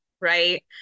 Right